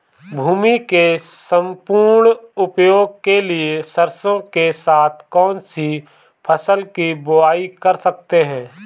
भूमि के सम्पूर्ण उपयोग के लिए सरसो के साथ कौन सी फसल की बुआई कर सकते हैं?